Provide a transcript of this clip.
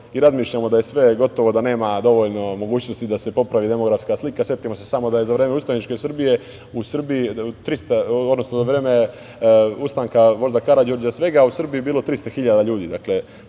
i razmišljamo da je sve gotovo, da nema dovoljno mogućnosti da se popravi demografska slika, setimo se samo da je za vreme ustaničke Srbije, odnosno u vreme ustanka vožda Karađorđa svega u Srbiji bilo 300.000 ljudi.